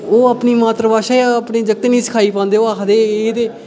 ओह् अपनी मात्तर भाशा अपने जगतें दी नेईं सखाई पांदे ओह् आखदे एह् ते